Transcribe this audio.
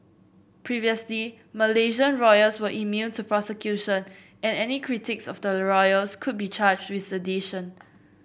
previously Malaysian royals were immune to prosecution and any critics of the royals could be charged with sedition